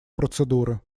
процедуры